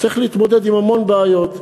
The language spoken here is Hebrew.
צריך להתמודד עם המון בעיות.